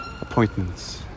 appointments